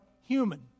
human